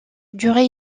durée